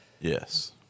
Yes